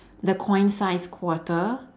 the coin sized quarter